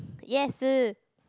yes